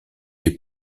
les